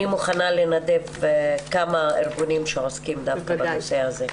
אני מוכנה לנדב כמה ארגונים שעוסקים בנושא הזה.